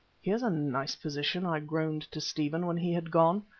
here's a nice position, i groaned to stephen when he had gone.